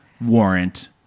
Warrant